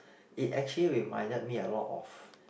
it actually reminded me a lot of